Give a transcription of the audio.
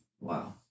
Wow